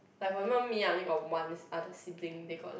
like for example me i only got one other sibling they got like